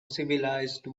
civilized